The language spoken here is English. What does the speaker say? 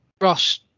Ross